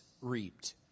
reaped